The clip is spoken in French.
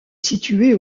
située